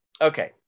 okay